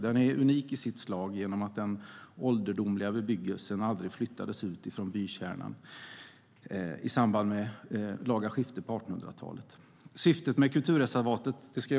Den är unik i sitt slag genom att den ålderdomliga bebyggelsen aldrig flyttades ut från bykärnan i samband med laga skifte på 1800-talet.